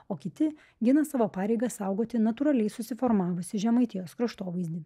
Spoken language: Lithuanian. o kiti gina savo pareigą saugoti natūraliai susiformavusį žemaitijos kraštovaizdį